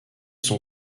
sont